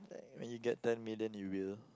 I mean you get ten million you will